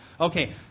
Okay